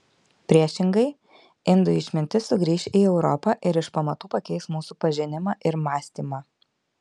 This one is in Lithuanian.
priešingai indų išmintis sugrįš į europą ir iš pamatų pakeis mūsų pažinimą ir mąstymą